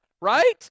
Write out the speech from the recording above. right